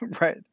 right